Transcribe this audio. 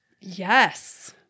Yes